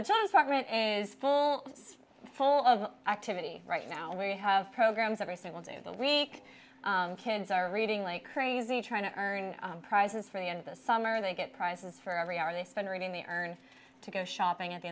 time is full full of activity right now and we have programs every single day of the week kids are reading like crazy trying to earn prizes for the end of the summer they get prizes for every hour they spend reading the urn to go shopping at the